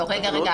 רגע, רגע.